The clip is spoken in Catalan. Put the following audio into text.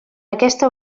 aquesta